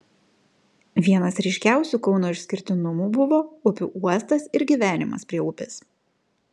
vienas ryškiausių kauno išskirtinumų buvo upių uostas ir gyvenimas prie upės